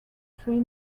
three